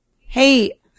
Hey